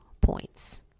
points